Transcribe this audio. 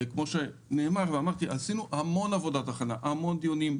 כמו שאמרתי עשינו הרבה עבודת הכנה המון דיונים.